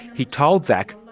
he told szach,